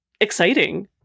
exciting